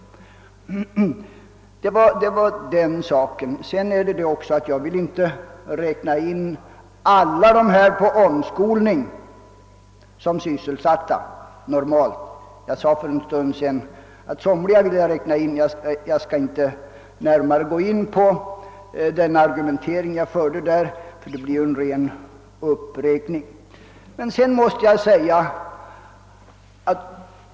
Sedan vill jag som arbetslösa inte räkna alla dem som är sysselsatta inom omskolningen. Jag sade för en stund sedan, att jag dit ville räkna somliga av dem — jag skall inte återigen gå in på den argumentering jag förde därför att det blir en ren upprepning.